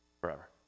forever